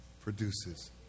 produces